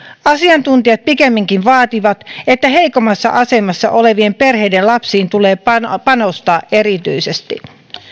asiantuntijat pikemminkin vaativat että heikommassa asemassa olevien perheiden lapsiin tulee panostaa panostaa erityisesti